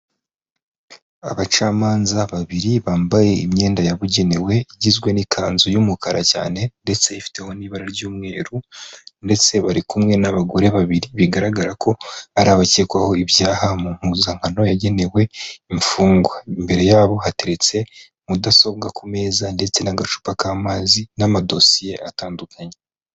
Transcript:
Abacamanza babiri, bambaye imyenda yabugenewe, igizwe n'ikanzu y'umukara cyane ndetse ifiteho n'ibara ry'umweru ndetse bari kumwe n'abagore babiri, bigaragara ko ari abakekwaho ibyaha, mu mpuzankano yagenewe imfungwa, imbere yabo hateretse mudasobwa ku meza ndetse n'agacupa k'amazi n'amadosiye atandukanye.